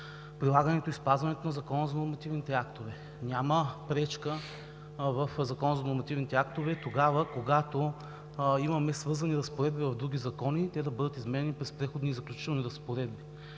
прилагането и спазването на Закона за нормативните актове. Няма пречка в Закона за нормативните актове тогава, когато имаме свързани разпоредби в други закони, те да бъдат изменяни през Преходни и заключителни разпоредби